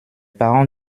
parents